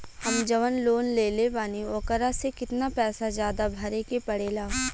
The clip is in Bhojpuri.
हम जवन लोन लेले बानी वोकरा से कितना पैसा ज्यादा भरे के पड़ेला?